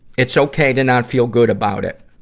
it's ok to not feel good about it.